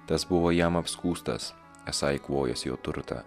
tas buvo jam apskųstas esą eikvojąs jo turtą